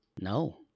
no